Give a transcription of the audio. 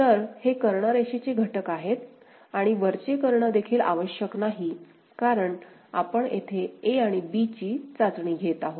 तर हे कर्ण रेषेचे घटक आहेत आणि वरचे कर्ण देखील आवश्यक नाही कारण आपण येथे a आणि b ची चाचणी घेत आहोत